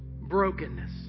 brokenness